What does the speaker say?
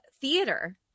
theater